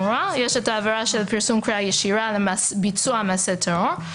עבירה של פרסום קריאה ישירה לביצוע מעשה טרור,